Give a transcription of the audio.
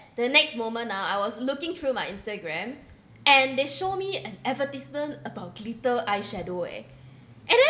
the next moment ah I was looking through my Instagram and they show me an advertisement about glitter eyeshadow eh and then